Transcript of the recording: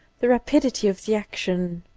the rapidity of the action,